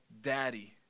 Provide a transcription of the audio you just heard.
daddy